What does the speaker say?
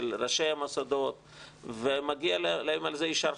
של ראשי המוסדות ומגיע להם על זה יישר כוח.